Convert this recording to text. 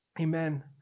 Amen